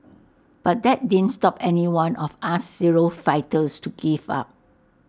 but that didn't stop any one of us zero fighters to give up